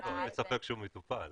אין לי ספק שהוא מטופל.